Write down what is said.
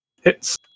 Hits